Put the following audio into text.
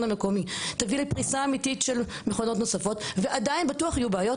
המקומי תביא לפריסה אמיתית של מכונות נוספות ועדיין בטוח יהיו בעיות